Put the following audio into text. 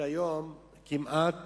שהיום כמעט